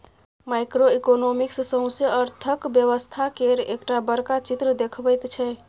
micro economics सौसें अर्थक व्यवस्था केर एकटा बड़का चित्र देखबैत छै